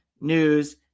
news